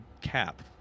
cap